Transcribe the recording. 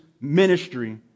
ministry